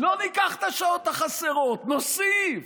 לא ניקח את השעות החסרות, נוסיף.